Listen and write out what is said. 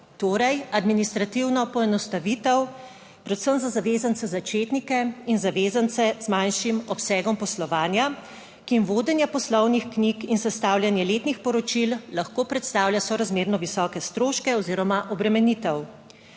torej administrativno poenostavitev predvsem za zavezance začetnike in zavezance z manjšim obsegom poslovanja, ki jim vodenje poslovnih knjig in sestavljanje letnih poročil lahko predstavlja sorazmerno visoke stroške oziroma obremenitev.